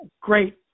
Great